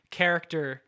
character